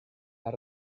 las